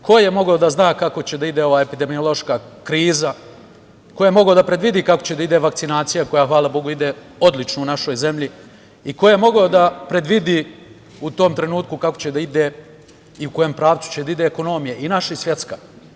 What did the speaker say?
Ko je mogao da zna kako će da ide ova epidemiološka kriza, ko je mogao da predvidi kako će da ide vakcinacija, koja hvala Bogu ide odlično u našoj zemlji, i ko je mogao da predvidi u tom trenutku kako će da ide i u kojem pravcu će da ide ekonomija i naša i svetska?